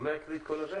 הוא לא יקריא הכול?